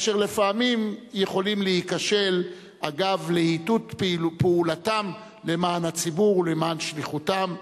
אשר לפעמים יכולים להיכשל אגב להיטות פעולתם למען הציבור ולמען שליחותם.